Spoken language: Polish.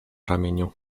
ramieniu